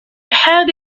had